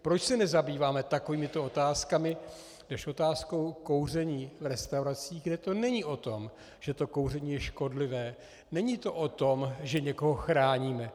Proč se nezabýváme takovýmito otázkami než otázkou kouření v restauracích, kde to není o tom, že to kouření je škodlivé, není to o tom, že někoho chráníme?